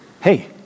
Hey